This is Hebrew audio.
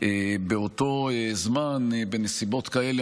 באותו זמן בנסיבות כאלה,